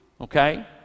Okay